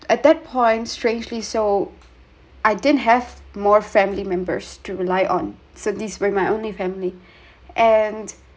at that point strangely so I didn't have more family members to rely on so this were my only family and